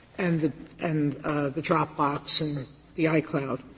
and the and the dropbox and the icloud.